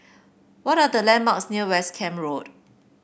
what are the landmarks near West Camp Road